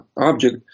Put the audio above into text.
object